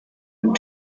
and